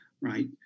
right